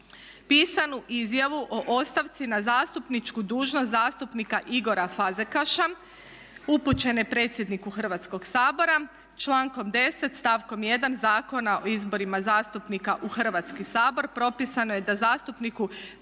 pisanu izjavu o ostavci na zastupničku dužnost zastupnika Igora Fazekaša upućene predsjedniku Hrvatskog sabora. Člankom 10. stavkom 1. Zakona o izborima zastupnika u Hrvatski sabor propisano je da zastupniku